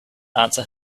answer